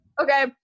okay